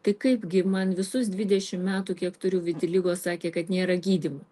tai kaip gi man visus dvidešimt metų kiek turiu vitiligo sakė kad nėra gydymo